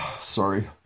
Sorry